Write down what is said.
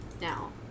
now